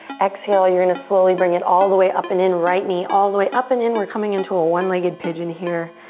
exhale, you're gonna slowly bring it all the way up and in. right knee all the way up and then we're coming into a one-legged pigeon here.